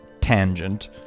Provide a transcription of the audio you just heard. tangent